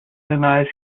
denies